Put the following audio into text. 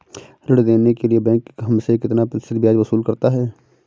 ऋण देने के लिए बैंक हमसे कितना प्रतिशत ब्याज वसूल करता है?